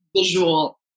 visual